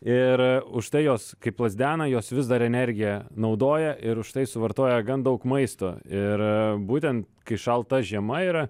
ir užtai jos kai plazdena jos vis dar energiją naudoja ir užtai suvartoja gan daug maisto ir būten kai šalta žiema yra